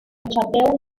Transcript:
château